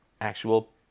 actual